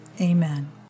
Amen